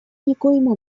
никоим